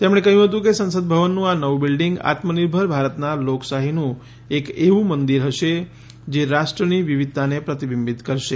તેમણે કહ્યું હતું કે સંસદ ભવનનું આ નવું બિલ્ડીંગ આત્મનિર્ભર ભારતના લોકશાહીનું એક એવું મંદિર હશે જે રાષ્ટ્રની વિવિધતાને પ્રતિબિંબિત કરશે